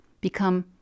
become